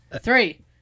Three